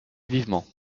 vivement